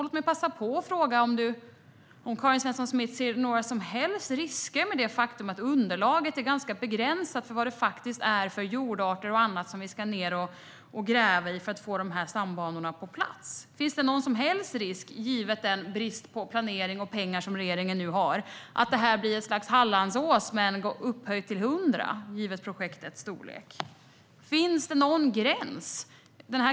Låt mig passa på att fråga: Ser Karin Svensson Smith några som helst risker med det faktum att underlaget är ganska begränsat när det gäller vilka jordarter och annat som vi faktiskt ska ned och gräva i för att få stambanorna på plats? Finns det någon som helst risk givet den brist på planering och pengar som regeringen nu har att det blir ett slags Hallandsåsen upphöjt till 100, med tanke på projektets storlek? Finns det någon gräns?